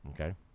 Okay